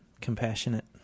compassionate